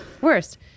worst